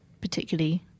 particularly